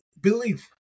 believe